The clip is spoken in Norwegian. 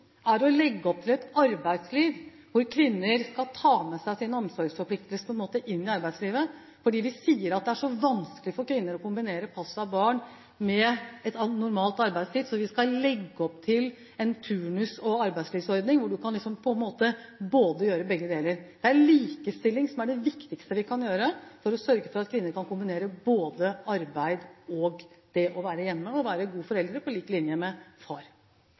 er å legge opp til et arbeidsliv der kvinner skal ta med seg sin omsorgsforpliktelse inn i arbeidslivet – fordi vi sier at det er så vanskelig for kvinner å kombinere pass av barn med et normalt arbeidsliv, så vi skal legge opp til en turnus- og arbeidslivsordning hvor man kan gjøre begge deler. Det er likestilling som er det viktigste virkemidlet for å sørge for at kvinner kan kombinere arbeid med det å være hjemme og være gode foreldre på lik linje med far.